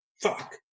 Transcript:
Fuck